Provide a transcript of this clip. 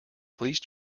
please